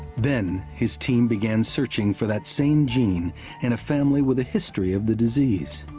then his team began searching for that same gene in a family with a history of the disease.